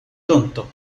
tonto